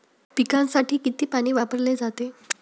पिकांसाठी किती पाणी वापरले जाते?